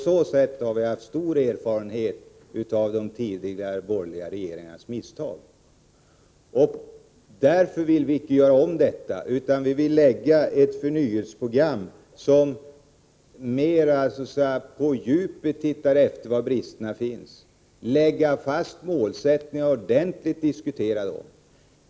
Vi har dragit erfarenheter av de borgerliga regeringarnas misstag, och därför vill vi inte göra om dem, utan vi vill lägga fram ett förnyelseprogram där man mera på djupet tittar efter var bristerna finns, diskuterar dem ordentligt och lägger fast målsättningar.